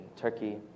Turkey